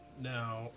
Now